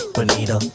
Bonita